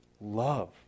love